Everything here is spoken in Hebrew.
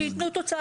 שיתנו תוצאה.